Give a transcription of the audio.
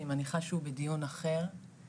אני מניחה שהוא בדיון אחר,